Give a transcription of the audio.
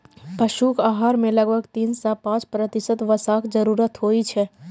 पशुक आहार मे लगभग तीन सं पांच प्रतिशत वसाक जरूरत होइ छै